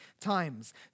times